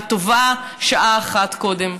וטובה שעה אחת קודם.